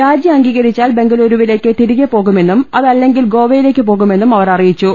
രാജി അംഗീകരിച്ചാൽ ബംഗലൂരുവിലേക്ക് തിരികെ പോകുമെന്നും അതല്ലെങ്കിൽ ഗോവ യിലേക്ക് പോകുമെന്നും അവർ അറിയിച്ചു